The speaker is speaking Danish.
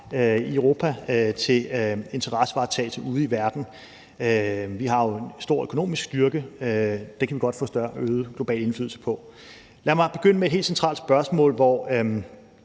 i Europa, til interessevaretagelse ude i verden. Vi har jo en stor økonomisk styrke – det kan man godt få øget global indflydelse af. Lad mig begynde med et helt centralt spørgsmål, hvor